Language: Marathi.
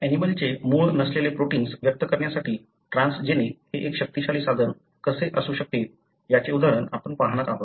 ऍनिमलंचे मूळ नसलेले प्रोटिन्स व्यक्त करण्यासाठी ट्रान्सजेनिक हे एक शक्तिशाली साधन कसे असू शकते याचे उदाहरण आपण पाहणार आहोत